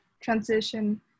transition